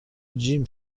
جیم